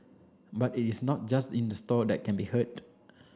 but it is not just in the store that can be heard